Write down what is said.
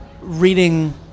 reading